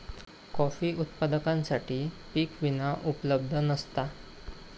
coffee उत्पादकांसाठी पीक विमा उपलब्ध नसता